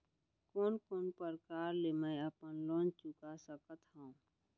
कोन कोन प्रकार ले मैं अपन लोन चुका सकत हँव?